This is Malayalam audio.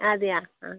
അതെയോ ആ